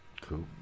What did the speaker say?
Cool